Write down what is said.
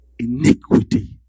Iniquity